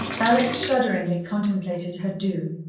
alex shudderingly contemplated her doom.